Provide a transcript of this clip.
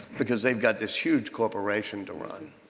because they've got this huge corporation to run.